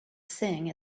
sing